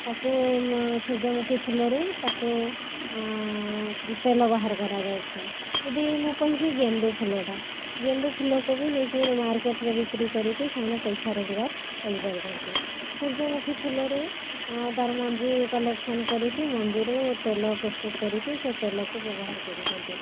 ତାକୁ ସୂର୍ଯ୍ୟମୁଖୀ ଫୁଲରୁ ତାକୁ ତେଲ ବାହାର କରାଯାଉଛି ଯଦି ମୁଁ କହିବି ଗେଣ୍ଡୁ ଫୁଲଟା ଗେଣ୍ଡୁ ଫୁଲକୁ ବି ନେଇକି ମାର୍କେଟ୍ରେ ବିକ୍ରି କରିକି ସେମାନେ ପଇସା ରୋଜଗାର କରିପାରୁଛନ୍ତି ସୂର୍ଯ୍ୟମୁଖୀ ଫୁଲରୁ ତାର ମଞ୍ଜି କଲେକ୍ସନ୍ କରିକି ମଞ୍ଜିରୁ ତେଲ ପ୍ରସ୍ତୁତ କରିକି ସେ ତେଲକୁ ବ୍ୟବହାର କରୁଛନ୍ତି